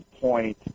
point